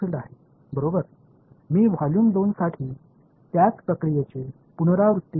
எனவே இந்த சமன்பாடு க்கு எவ்வாறு வேறுபடும்